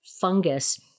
fungus